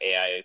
AI